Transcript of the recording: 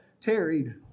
tarried